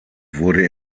wurde